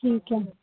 ਠੀਕ ਹੈ